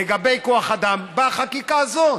לגבי כוח אדם, בחקיקה הזאת,